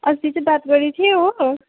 अस्ति चाहिँ बात गरेको थिएँ हो